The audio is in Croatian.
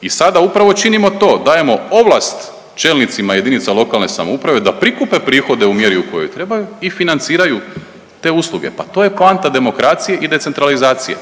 I sada upravo činimo to. Dajemo ovlast čelnicima jedinica lokalne samouprave da prikupe prihode u mjeri u kojoj trebaju i financiraju te usluge. Pa to je poanta demokracije i decentralizacije.